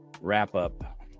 wrap-up